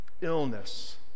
illness